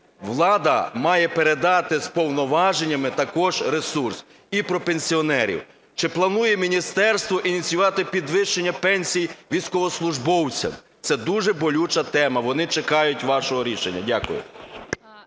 Влада має передати з повноваженнями також ресурс. І про пенсіонерів. Чи планує міністерство ініціювати підвищення пенсій військовослужбовцям? Це дуже болюча тема. Вони чекають вашого рішення. Дякую.